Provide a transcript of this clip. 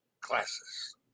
classes